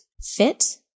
fit